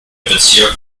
bezirk